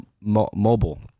Mobile